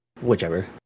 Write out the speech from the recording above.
Whichever